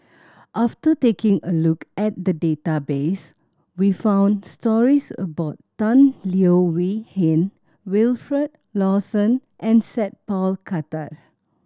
after taking a look at the database we found stories about Tan Leo Wee Hin Wilfed Lawson and Sat Pal Khattar